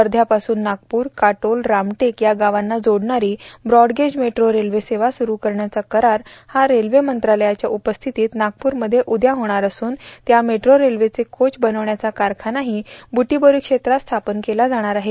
वर्ध्यापासून नागपूर काटोल रामटेक या गावांना जोडणारी ब्रॉडग्रेज मेट्रो रेल्वे सेवा सुरू करण्याचा करार हा रेल्वे मंत्र्याच्या उपस्थितीत नागपुरमध्ये उद्या होणार असून त्या मेट्रो रेल्वेचे कोच बनविण्याचा कारखानाही बुटीबोरी क्षेत्रात स्थापन केला जाणार आहे